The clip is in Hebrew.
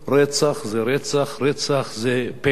רצח זה רצח, רצח זה פשע.